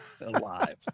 alive